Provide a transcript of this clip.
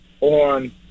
on